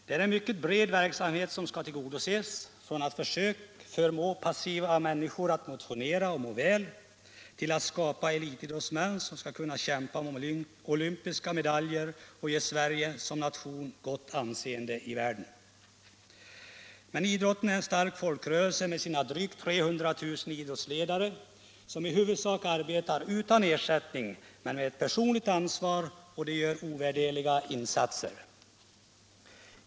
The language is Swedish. Det är en mycket bred verksamhet som skall tillgodoses: från försök att förmå passiva människor att motionera och må väl till att skapa elitidrottsmän som skall kunna kämpa om olympiska medaljer och ge Sverige som nation ett gott anseende i världen. Idrotten är en stark folkrörelse med sina drygt 300 000 idrottsledare, som i huvudsak arbetar utan ersättning men med ett personligt ansvar. Dessa gör ovärderliga insatser.